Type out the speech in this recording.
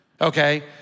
Okay